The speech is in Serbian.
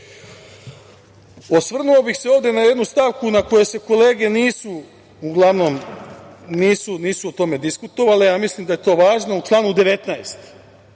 Vučića. Osvrnuo bih se ovde na jednu stavku na koju se kolege nisu uglavnom nisu o tome diskutovale, a mislim da je to važno, u članu 19.